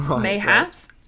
Mayhaps